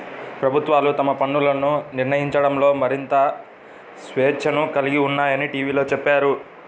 ప్రభుత్వాలు తమ పన్నులను నిర్ణయించడంలో మరింత స్వేచ్ఛను కలిగి ఉన్నాయని టీవీలో చెప్పారు